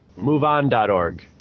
MoveOn.org